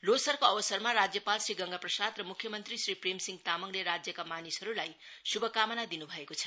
लोसरको अवसरमा राज्यपाल श्री गंगाप्रसाद् र मुख्य मंत्री श्री प्रेमसिंह तामाङले राज्यका मानिसहरूलाई श्भकामना दिन् भएको छ